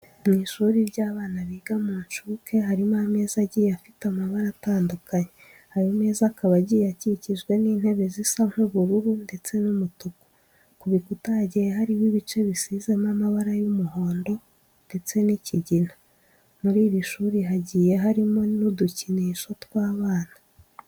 Mu ishuri ry'abana biga mu nshuke, harimo ameza agiye afite amabara atandukanye, ayo meza akaba agiye akikijwe n'intebe zisa nk'ubururu ndetse n'umutuku. Ku bikuta hagiye hariho ibice bisizemo amabara y'umuhondo ndetse n'ikigina. Muri iri shuri hagiye harimo n'udukinisho tw'abana.